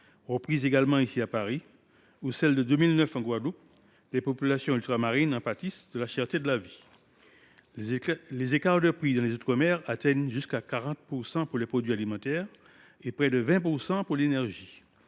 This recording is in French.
reprises à Paris, ou celles de 2009 en Guadeloupe, les populations ultramarines pâtissent de la cherté de la vie. Les écarts de prix entre l’outre mer et l’Hexagone atteignent jusqu’à 40 % pour les produits alimentaires et près de 20 % pour l’énergie.